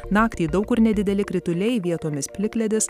naktį daug kur nedideli krituliai vietomis plikledis